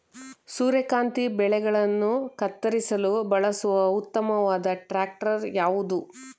ಸೂರ್ಯಕಾಂತಿ ಬೆಳೆಗಳನ್ನು ಕತ್ತರಿಸಲು ಬಳಸುವ ಉತ್ತಮವಾದ ಟ್ರಾಕ್ಟರ್ ಯಾವುದು?